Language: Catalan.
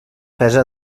pesa